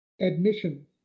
admission